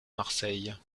marseille